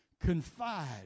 Confide